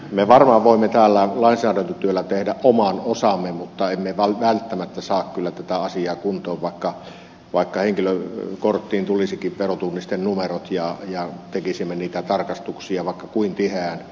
me varmaan voimme täällä lainsäädäntötyöllä tehdä oman osamme mutta emme kyllä välttämättä saa tätä asiaa kuntoon vaikka henkilökorttiin tulisikin verotunnistenumero ja tekisimme niitä tarkastuksia vaikka kuinka tiheään